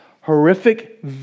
horrific